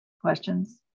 questions